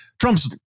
Trump's